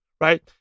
Right